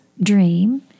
dream